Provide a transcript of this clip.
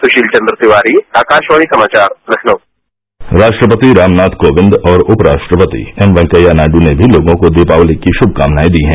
सुशील चंद तिवारी आकाशवाणी समाचार लखनऊ राष्ट्रपति रामनाथकोविंद और उपराष्ट्रपति एमवेंकैया नायडू ने भी लोगों को दीपावली की शुभकामनाएं दी हैं